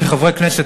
כחברי כנסת,